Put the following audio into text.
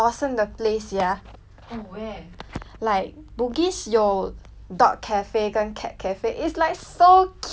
like bugis 有 dog cafe 跟 cat cafe it's like so cute for the dog cafe right you can like